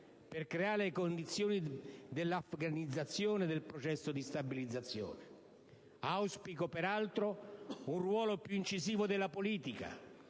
per creare le condizioni dell'afganizzazione del processo di stabilizzazione. Auspico peraltro un ruolo più incisivo della politica,